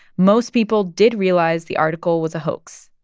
most people did realize the article was a hoax,